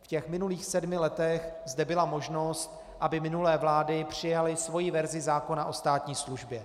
V minulých sedmi letech zde byla možnost, aby minulé vlády přijaly svoji verzi zákona o státní službě.